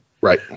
Right